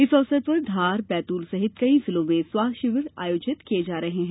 इस अवसर पर धार बैतूल सहित कई जिलों में स्वास्थ्य शिविर आयोजित किए जा रहे हैं